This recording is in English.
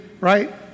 right